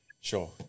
Sure